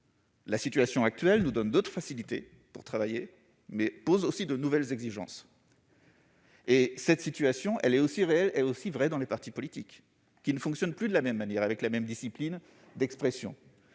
La situation actuelle nous donne d'autres facilités pour travailler, mais pose aussi de nouvelles exigences. De même, les partis politiques ne fonctionnent plus de la même manière ni avec la même discipline d'expression.